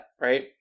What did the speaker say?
right